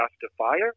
justifier